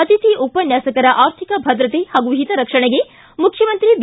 ಅತಿಥಿ ಉಪನ್ನಾಸಕರ ಆರ್ಥಿಕ ಭದ್ರತೆ ಹಾಗೂ ಹಿತರಕ್ಷಣೆಗೆ ಮುಖ್ಯಮಂತ್ರಿ ಬಿ